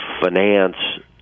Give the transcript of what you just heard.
finance